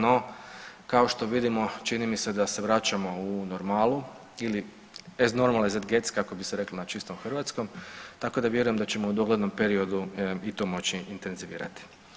No, kao što vidimo čini mi se da se vraćamo u normalu ili … kako bi se reklo na čistom hrvatskom, tako da vjerujem da ćemo u doglednom periodu i to moći intenzivirati.